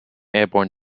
airborne